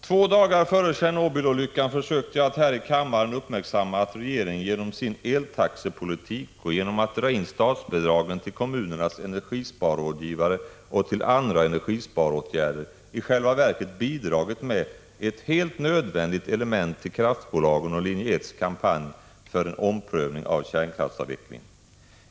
Två dagar före Tjernobylolyckan försökte jag att här i kammaren fästa uppmärksamheten vid att regeringen, genom sin eltaxepolitik och genom att dra in statsbidragen till kommunernas energisparrådgivare och till andra energisparåtgärder, i själva verket bidragit med ett helt nödvändigt element till kraftbolagens och linje 1:s kampanj för en omprövning av kärnkraftsavvecklingen.